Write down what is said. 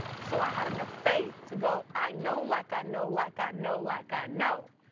so i had enough faith to go, i know like i know like i know like i know.